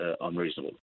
unreasonable